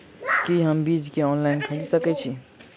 की हम बीज केँ ऑनलाइन खरीदै सकैत छी?